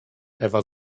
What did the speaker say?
ewa